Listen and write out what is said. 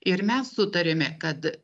ir mes sutarėme kad